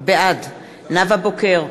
בעד נאוה בוקר,